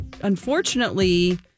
unfortunately